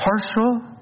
Partial